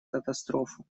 катастрофу